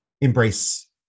embrace